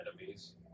enemies